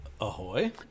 Ahoy